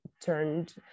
turned